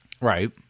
right